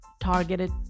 targeted